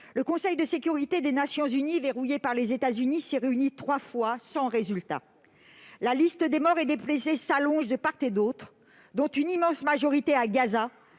le Conseil de sécurité des Nations unies, verrouillé par les États-Unis, s'est réuni trois fois, sans résultat. La liste des morts et des blessés s'allonge de part et d'autre. Cependant, l'immensité majorité des